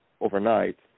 overnight